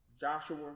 Joshua